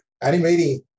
animating